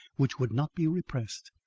which would not be repressed,